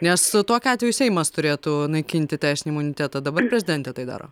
nes tokiu atveju seimas turėtų naikinti teisinį imunitetą dabar prezidentė tai daro